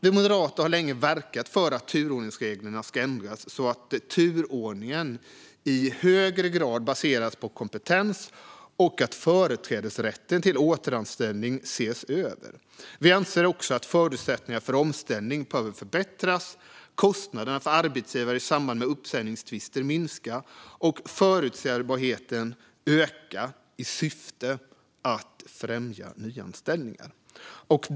Vi moderater har länge verkat för att turordningsreglerna ska ändras, så att turordningen i högre grad baseras på kompetens, och för att företrädesrätten till återanställning ska ses över. Vi anser också att förutsättningarna för omställning behöver förbättras, att kostnaderna för arbetsgivare i samband med uppsägningstvister ska minska och att förutsebarheten ska öka i syfte att främja nyanställningar.